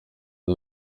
ari